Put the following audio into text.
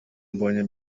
mbonye